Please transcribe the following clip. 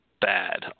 bad